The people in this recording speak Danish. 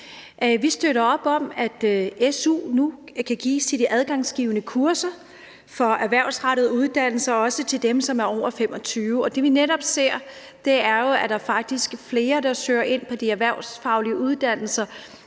Vi støtter op om, at su nu kan gives i forbindelse med de adgangsgivende kurser for erhvervsrettede uddannelser og også til dem, som er over 25 år. Det, vi netop ser, er, at der faktisk er flere over 25 år, der søger ind på de erhvervsfaglige uddannelser,